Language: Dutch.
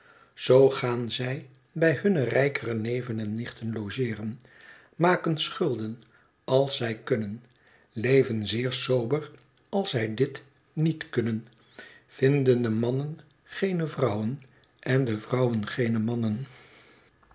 zoo gaan zij bij hunne rykere neven en nichten logeeren maken schulden als zij kunnen leven zeer sober als zij dit niet kunnen vinden de mannen geene vrouwen en vrouwen geene mannen